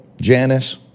Janice